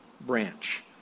branch